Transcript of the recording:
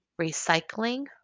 recycling